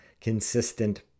consistent